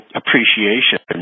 appreciation